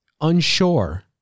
unsure